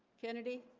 kennedy